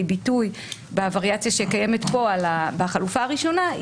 ביטוי בווריאציה שקיימת כאן בחלופה הראשונה,